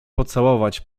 pocałować